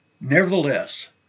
Nevertheless